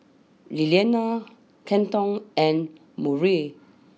Lilliana Kenton and Murray